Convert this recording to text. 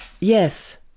Yes